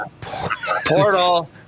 Portal